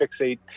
fixate